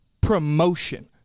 promotion